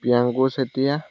Priyanku Chetia